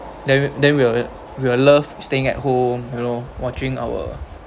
then will then will we'll love staying at home you know watching our